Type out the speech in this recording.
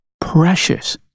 precious